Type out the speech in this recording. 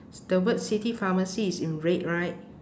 the word city pharmacy is in red right